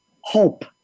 hope